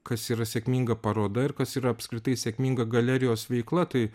kas yra sėkminga paroda ir kas yra apskritai sėkminga galerijos veikla tai